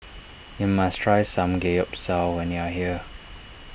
you must try Samgeyopsal when you are here